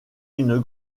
une